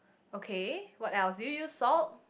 okay what else do you use salt